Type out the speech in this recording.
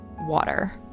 Water